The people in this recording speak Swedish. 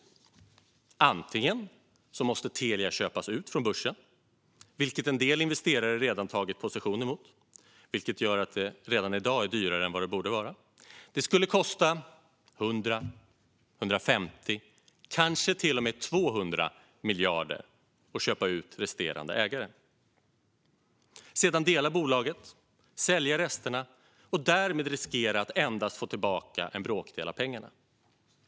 Det första alternativet innebär att Telia måste köpas ut från börsen, vilket en del investerare redan tagit position emot, vilket i sin tur innebär att det redan i dag är dyrare än vad det borde vara. Det skulle kosta 100, 150 eller kanske till och med 200 miljarder att köpa ut resterande ägare. Sedan ska man dela bolaget och sälja resterna och därmed riskera att endast få tillbaka en bråkdel av pengarna.